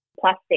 plastic